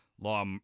Law